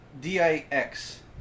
D-I-X